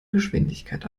geschwindigkeit